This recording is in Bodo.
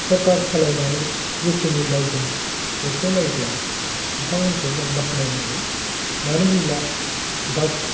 सरखार सालायनानै जेखिनि मावदों बेखौ नायोब्ला बिथांमोनखौ जों बाखोनाय नांगोन मानो होनब्ला बाक्सा